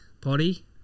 Potty